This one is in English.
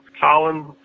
Colin